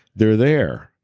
they're there.